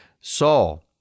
Saul